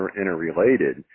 interrelated